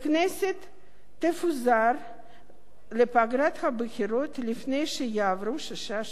תפוזר לפגרת בחירות לפני שיעברו שישה שבועות.